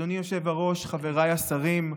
אדוני היושב-ראש, חבריי השרים,